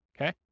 Okay